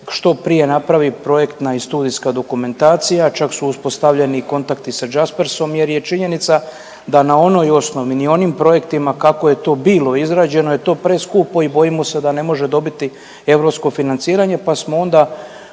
što prije napravi projektna i studijska dokumentacija. Čak su uspostavljeni i kontakti sa Jaspersom, jer je činjenica da na onoj osnovi i onim projektima kako je to bilo izrađeno je to preskupo i bojimo se da ne može dobiti europsko financiranje, pa smo onda